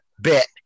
bit